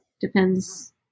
depends